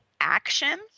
action